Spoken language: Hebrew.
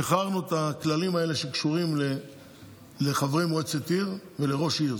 שחררנו את הכללים האלה שקשורים לחברי מועצת עיר ולראש עיר.